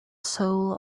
soul